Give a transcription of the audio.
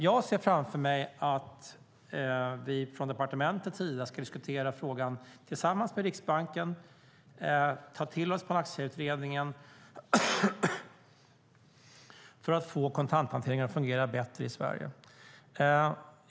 Jag ser framför mig att vi från departementets sida ska diskutera frågan tillsammans med Riksbanken och ta till oss Panaxiautredningen för att få kontanthanteringen att fungera bättre i Sverige.